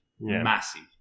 massive